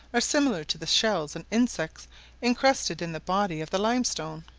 are similar to the shells and insects incrusted in the body of the limestone.